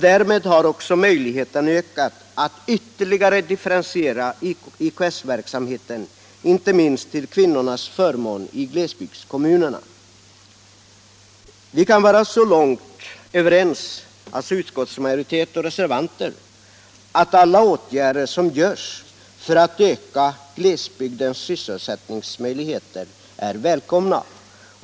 Därmed har också möjligheten ökat att ytterligare differentiera IKS-verksamheten, inte minst till förmån för kvinnorna i glesbygdskommunerna. Vi kan vara överens så långt — utskottsmajoritet och reservanter — som att alla åtgärder som görs för att öka glesbygdens sysselsättningsmöjligheter är välkomna.